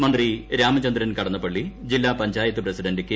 മന്ത്രി രാമചന്ദ്രൻ ക്ട്ന്നപ്പള്ളി ജില്ലാ panchayat president K